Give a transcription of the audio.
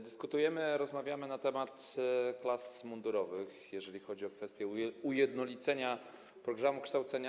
Dyskutujemy, rozmawiamy na temat klas mundurowych, jeżeli chodzi o kwestię ujednolicenia programu kształcenia.